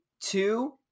two